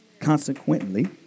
Consequently